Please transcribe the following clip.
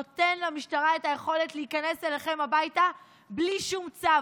הוא נותן למשטרה את היכולת להיכנס אליכם הביתה בלי שום צו,